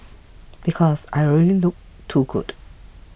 because I already look too good